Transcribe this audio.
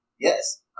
Yes